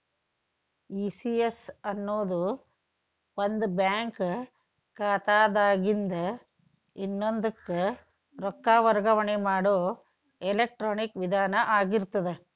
ECS ಅನ್ನೊದು ಒಂದ bank ಖಾತಾದಿನ್ದ ಇನ್ನೊಂದಕ್ಕ ರೊಕ್ಕ ವರ್ಗಾವಣೆ ಮಾಡೊ ಎಲೆಕ್ಟ್ರಾನಿಕ್ ವಿಧಾನ ಆಗಿರ್ತದ